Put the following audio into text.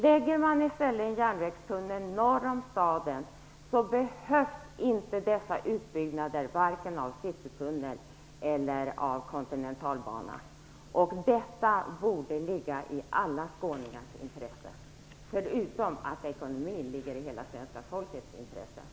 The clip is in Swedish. Lägger man i stället en järnvägstunnel norr om staden behövs inte dessa utbyggnader av vare sig citytunneln eller kontinentalbanan. Detta borde ligga i alla skåningars intressen, förutom att ekonomin ligger i hela svenska folkets intressen.